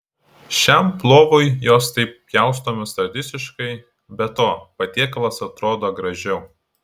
šiam plovui jos taip pjaustomos tradiciškai be to patiekalas atrodo gražiau